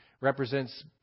represents